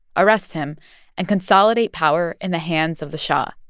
arrest him and consolidate power in the hands of the shah,